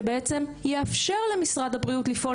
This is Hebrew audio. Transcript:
שבעצם יאפשר למשרד הבריאות לפעול